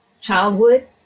childhood